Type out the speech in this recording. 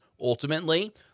Ultimately